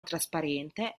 trasparente